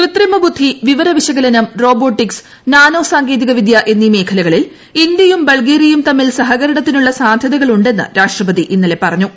കൃത്രിമ ബുദ്ധി വിവര വിശകലനം റോബ്ബോട്ടിക്സ് നാനോ സാങ്കേതികവിദ്യ എന്നീ മേഖലകളിൽ ഇന്ത്യയും ബൾഗേറിയയും തമ്മിൽ സഹകരണത്തിനുള്ള സാദ്ധ്യൃത്ക്ളുണ്ടെന്ന് രാഷ്ട്രപതി പറഞ്ഞു